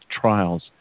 trials